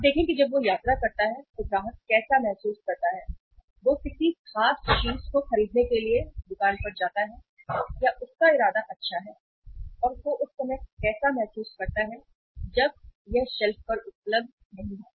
अब देखें कि जब वह यात्रा करता है तो ग्राहक कैसा महसूस करता है वह किसी खास चीज को खरीदने के लिए दुकान पर जाता है या उसका इरादा अच्छा है और वह उस समय कैसा महसूस करता है यह शेल्फ पर उपलब्ध नहीं है